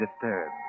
disturbed